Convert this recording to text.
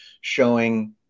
showing